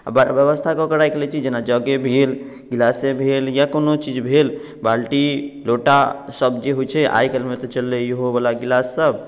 आ व्यवस्था कऽ के राखि लै छी जेना जगे भेल गिलासे भेल या कोनो चीज भेल बाल्टी लोटा सब जे होइ छै आइ काल्हि मे तऽ चलले इहो बला गिलास सब